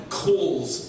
calls